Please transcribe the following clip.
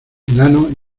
enanos